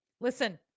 Listen